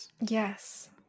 yes